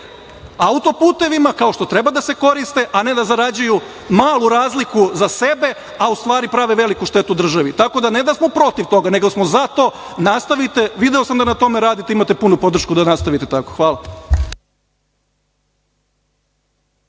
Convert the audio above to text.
autoputevima, kao što treba da se koriste, a ne da zarađuju malu razliku za sebe a u stvari prave veliku štetu državi. Tako da, ne da smo protiv toga, nego smo za to. Nastavite, video sam da na tome radite, imate punu podršku da nastavite tako. Hvala.